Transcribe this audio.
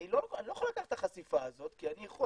אני לא יכול לקחת את החשיפה הזאת כי אני יכול